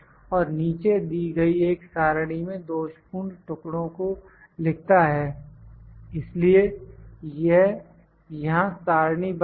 और नीचे दी गई एक सारणी में दोषपूर्ण टुकड़ों को लिखता है इसलिए यह यहां सारणीबद्ध है